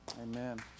Amen